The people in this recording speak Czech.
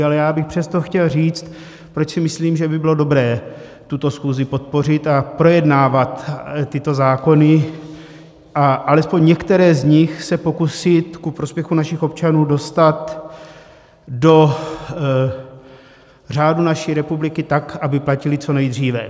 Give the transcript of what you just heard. Ale já bych přesto chtěl říct, proč si myslím, že by bylo dobré tuto schůzi podpořit a projednávat tyto zákony a alespoň některé z nich se pokusit ku prospěchu našich občanů dostat do řádu naší republiky tak, aby platily co nejdříve.